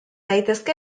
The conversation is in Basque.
daitezke